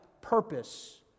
purpose